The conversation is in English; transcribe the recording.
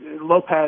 Lopez